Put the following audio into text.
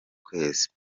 kwezi